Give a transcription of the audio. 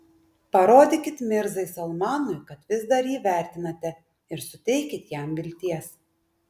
parodykit mirzai salmanui kad vis dar jį vertinate ir suteikit jam vilties